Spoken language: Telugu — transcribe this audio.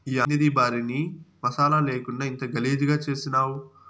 యాందిది ఈ భార్యని మసాలా లేకుండా ఇంత గలీజుగా చేసినావ్